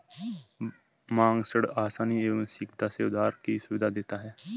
मांग ऋण आसानी एवं शीघ्रता से उधार की सुविधा देता है